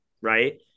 Right